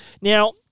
Now